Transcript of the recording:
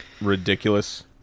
ridiculous